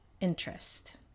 Interest